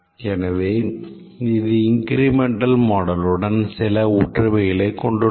எனவே இது இன்கிரிமெண்டல் மாடலுடன் சில ஒற்றுமைகளை கொண்டுள்ளது